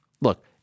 Look